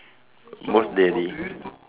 almost daily